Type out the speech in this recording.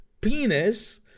penis